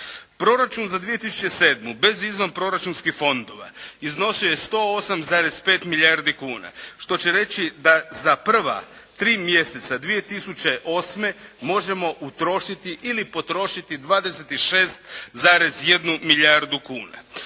Proračun za 2007. bez izvanproračunskih fondova iznosio je 108, 5 milijardi kuna, što će reći da za prva tri mjeseca 2008. možemo utrošiti ili potrošiti 26,1 milijardu kuna,